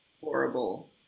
horrible